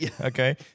Okay